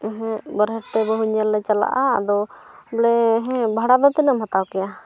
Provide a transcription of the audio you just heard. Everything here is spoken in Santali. ᱦᱮᱸ ᱵᱟᱦᱨᱮ ᱛᱮ ᱵᱟᱹᱦᱩ ᱧᱮᱞ ᱞᱮ ᱪᱟᱞᱟᱜᱼᱟ ᱟᱫᱚ ᱵᱚᱞᱮ ᱦᱮᱸ ᱵᱷᱟᱲᱟ ᱫᱚ ᱛᱤᱱᱟᱹᱜ ᱮᱢ ᱦᱟᱛᱟᱣ ᱠᱮᱭᱟ